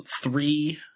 three